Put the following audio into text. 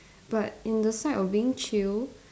but in the sight of being chill